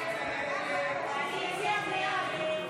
ההסתייגויות